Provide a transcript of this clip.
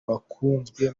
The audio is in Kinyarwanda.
bakunzwe